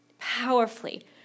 powerfully